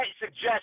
suggest